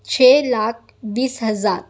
چھ لاکھ بیس ہزار